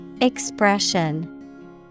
Expression